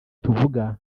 tuvuga